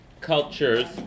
cultures